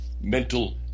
mental